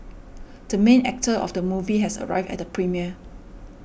the main actor of the movie has arrived at the premiere